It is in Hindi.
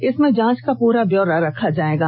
इसमें जांच का प्रा ब्यौरा रखा जाएगा